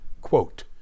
Quote